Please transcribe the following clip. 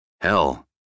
Hell